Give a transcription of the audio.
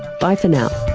bye for now